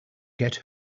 get